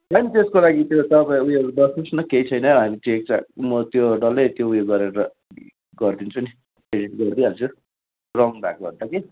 होइन त्यसको लागि त्यो तपाईँ उयो बस्नुहोस् न केही छैन हामी म त्यो डल्लै त्यो उयो गरेर गरिदिन्छु नि एडिट गरिदिई हाल्छु रङ भएकोहरू त कि